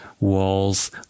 walls